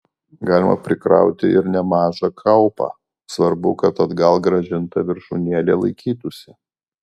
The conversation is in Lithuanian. galima prikrauti ir nemažą kaupą svarbu kad atgal grąžinta viršūnėlė laikytųsi